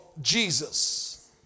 Jesus